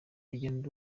rugendo